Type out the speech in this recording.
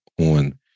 on